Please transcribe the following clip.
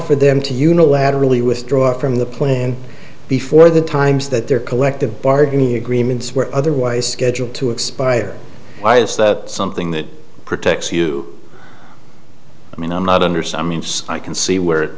for them to unilaterally withdraw from the plan before the times that their collective bargaining agreements were otherwise scheduled to expire why is that something that protects you i mean i'm not under some use i can see where it